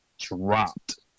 dropped